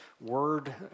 word